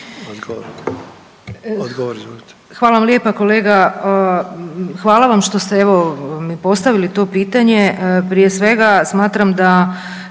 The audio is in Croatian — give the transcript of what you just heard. **Bedeković, Vesna (HDZ)** Hvala vam lijepa kolega, hvala vam što ste mi postavili to pitanje. Prije svega smatram da